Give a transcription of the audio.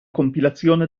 compilazione